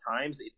times